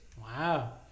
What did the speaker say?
Wow